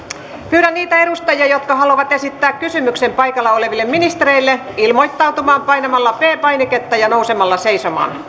pyydän niitä edustajia jotka haluavat esittää kysymyksen paikalla oleville ministereille ilmoittautumaan painamalla p painiketta ja nousemalla seisomaan